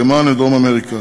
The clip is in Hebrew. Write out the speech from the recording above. מתימן ומדרום-אמריקה.